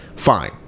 Fine